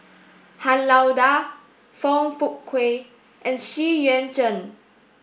Han Lao Da Foong Fook Kay and Xu Yuan Zhen